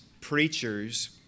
preachers